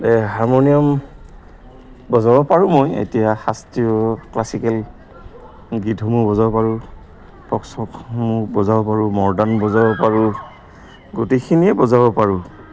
এই হাৰমনিয়াম বজাব পাৰোঁ মই এতিয়া শাস্ত্ৰীয় ক্লাছিকেল গীতসমূহ বজাব পাৰোঁ বজাব পাৰোঁ গোটেইখিনিয়ে বজাব পাৰোঁ